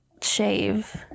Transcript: shave